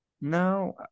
no